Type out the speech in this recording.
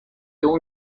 اون